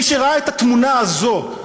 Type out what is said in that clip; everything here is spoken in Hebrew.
מי שראה את התמונה הזאת,